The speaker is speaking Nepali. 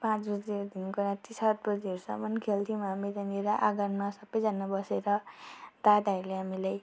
पाँच बजीदेखिको राति सात बजीहरूसम्म खेल्थ्यौँ हामी त्यहाँनिर सबैजना आँगनमा बसेर दादाहरूले हामीलाई